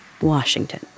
Washington